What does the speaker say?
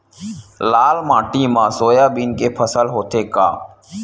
लाल माटी मा सोयाबीन के फसल होथे का?